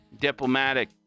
diplomatic